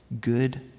good